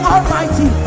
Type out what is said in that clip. Almighty